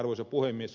arvoisa puhemies